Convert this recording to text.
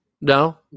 No